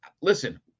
listen